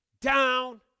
down